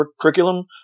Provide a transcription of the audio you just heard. curriculum